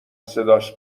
صداش